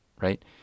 right